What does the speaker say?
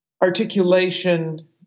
articulation